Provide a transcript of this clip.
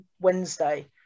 Wednesday